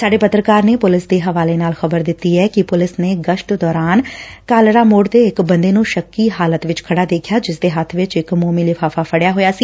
ਸਾਡੇ ਪੱਤਰਕਾਰ ਨੇ ਪੁਲਿਸ ਦੇ ਹਵਾਲੇ ਨਾਲ ਖ਼ਬਰ ਦਿੱਤੀ ਏ ਕਿ ਪੁਲਿਸ ਨੇ ਗਸ਼ਤ ਦੌਰਾਨ ਕਾਲਰਾ ਮੋਤ ਤੇ ਇਕ ਬੰਦੇ ਨੂੰ ਸ਼ੱਕੀ ਹਾਲਤ ਵਿਚ ਖੜ੍ਹਾ ਦੇਖਿਆ ਜਿਸ ਦੇ ਹੱਥ ਵਿਚ ਇਕ ਮੋਮੀ ਲਿਫ਼ਾਫ਼ਾ ਫੜਿਆ ਹੋਇਆ ਸੀ